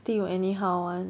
think you anyhow [one]